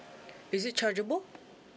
is it chargeable